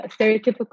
stereotypical